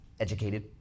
educated